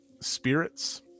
spirits